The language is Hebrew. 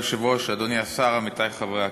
אדוני היושב-ראש, אדוני השר, עמיתי חברי הכנסת,